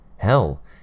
Hell